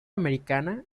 americana